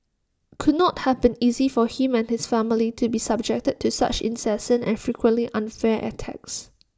could not have been easy for him and his family to be subjected to such incessant and frequently unfair attacks